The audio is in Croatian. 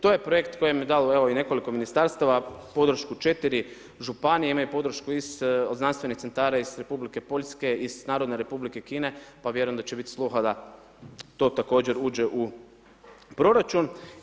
To je projekt koji je dalo evo i nekoliko ministarstava, podršku 4 županije, imaju podršku iz znanstvenih centara iz Republike Poljske, iz Narodne Republike Kine pa vjerujem da će biti sluha da to također uđe u proračun.